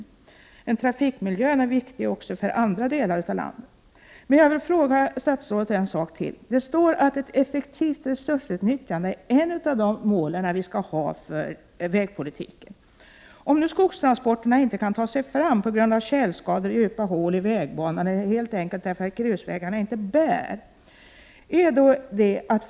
Men trafikmiljön är viktig också för andra delar av landet. Jag vill fråga statsrådet en sak till: Det heter att ett effektivt resursutnyttjande är ett av de mål vi skall ha för vägpolitiken. Om nu skogstransporterna inte kan ta sig fram på grund av tjälskador och djupa hål i vägbanorna eller helt enkelt därför att grusvägarna inte bär — för man då en regionalpolitiskt riktig näringspolitik?